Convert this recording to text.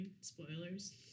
spoilers